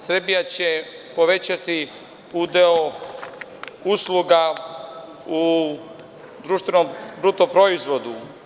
Srbija će povećati udeo usluga u društvenom bruto proizvodu.